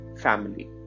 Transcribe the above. family